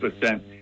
percent